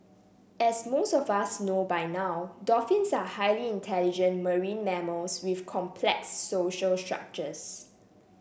as most of us know by now dolphins are highly intelligent marine mammals with complex social structures